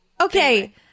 okay